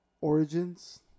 Origins